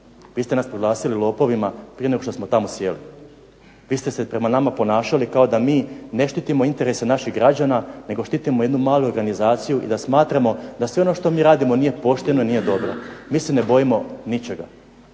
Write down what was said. Vi ste nas proglasili lopovima prije nego što smo tamo sjeli. Vi ste se prema nama ponašali kao da mi ne štitimo interese naših građana nego štitimo jednu malu organizaciju i da smatramo da sve ono što mi radimo nije pošteno i nije dobro. Mi se ne bojimo ničega.